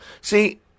See